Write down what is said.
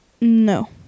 No